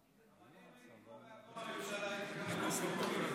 אתה מחבל.